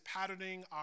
patterning